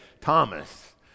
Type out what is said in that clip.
Thomas